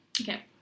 okay